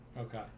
Okay